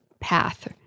path